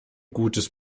gutes